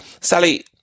Sally